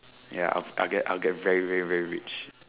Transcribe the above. ya I'll get very very rich